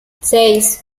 seis